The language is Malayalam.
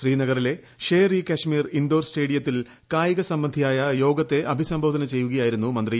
ശ്രീനഗറിലെ ഷേർ ഇ കശ്മീർ ഇൻഡോർ സ്റ്റേഡിയത്തിൽ കായിക സംബന്ധിയായ യോഗത്തെ അഭിസംബോധന ചെയ്യുകയായിരുന്നു മന്ത്രി